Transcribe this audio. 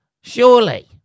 Surely